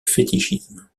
fétichisme